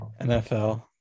NFL